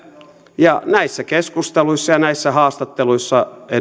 ja näissä keskusteluissa ja näissä haastatteluissa